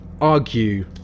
argue